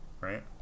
right